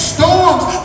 Storms